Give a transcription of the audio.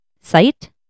sight